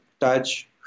touch